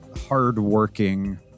hardworking